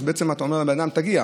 אז בעצם אתה אומר לאדם: תגיע.